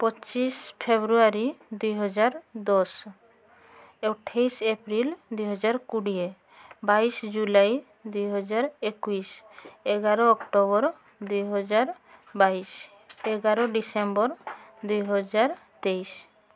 ପଚିଶ ଫେବୃଆରୀ ଦୁଇହଜାର ଦଶ ଅଠେଇଶ ଏପ୍ରିଲ ଦୁଇହଜାର କୋଡ଼ିଏ ବାଇଶ ଜୁଲାଇ ଦୁଇହଜାର ଏକୋଇଶ ଏଗାର ଅକ୍ଟୋବର ଦୁଇହଜାର ବାଇଶ ଏଗାର ଡିସେମ୍ବର ଦୁଇହଜାର ତେଇଶ